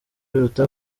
biruta